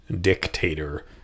dictator